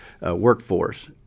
workforce